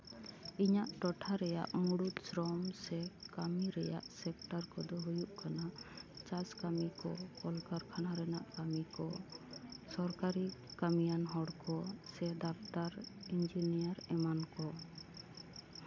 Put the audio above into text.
ᱤᱧᱟᱹᱜ ᱴᱚᱴᱷᱟ ᱨᱮᱭᱟᱜ ᱢᱩᱬᱩᱫ ᱥᱨᱚᱢ ᱥᱮ ᱠᱟᱹᱢᱤ ᱨᱮᱭᱟᱜ ᱥᱮᱠᱴᱟᱨ ᱠᱚᱫᱚ ᱦᱩᱭᱩᱜ ᱠᱟᱱᱟ ᱪᱟᱥ ᱠᱟᱹᱢᱤ ᱠᱚ ᱠᱚᱞᱼᱠᱟᱨᱠᱷᱟᱱᱟ ᱨᱮᱱᱟᱜ ᱠᱟᱹᱢᱤ ᱠᱚ ᱥᱚᱨᱠᱟᱨᱤ ᱠᱟᱹᱢᱤᱭᱟᱱ ᱦᱚᱲ ᱠᱚ ᱥᱮ ᱰᱟᱠᱛᱟᱨ ᱤᱧᱡᱤᱱᱤᱭᱟᱨ ᱮᱢᱟᱱ ᱠᱚ